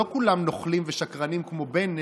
לא כולם נוכלים ושקרנים כמו בנט,